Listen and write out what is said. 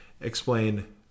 Explain